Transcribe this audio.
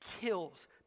kills